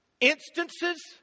instances